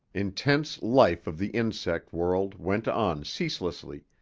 intense life of the insect world went on ceaselessly,